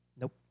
Nope